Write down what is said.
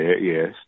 yes